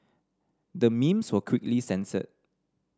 the memes were quickly censored